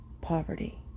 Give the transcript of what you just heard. poverty